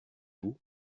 vous